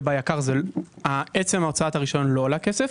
וביקר עצם הוצאת הרשיון לא עולה כסף,